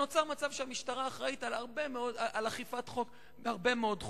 נוצר מצב שהמשטרה אחראית לאכיפת חוק בהרבה מאוד תחומים,